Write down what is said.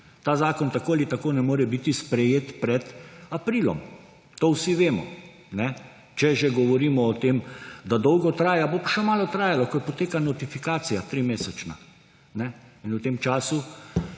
Ta zakon tako ali tako ne more biti sprejet pred aprilom. To vsi vemo. Če že govorimo o tem, da dolgo traja, bo pa še malo trajalo, ker poteka trimesečna notifikacija in v tem času